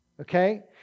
okay